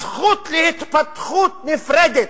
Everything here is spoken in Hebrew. הזכות להתפתחות נפרדת,